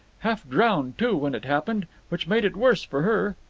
half-drowned, too, when it happened, which made it worse for her.